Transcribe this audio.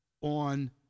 on